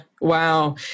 wow